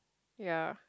ya